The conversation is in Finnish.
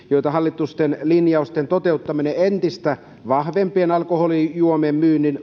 joita hallituksen linjausten toteuttaminen entistä vahvempien alkoholijuomien myynnin